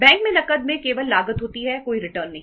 bank में नकद में केवल लागत होती है कोई रिटर्न नहीं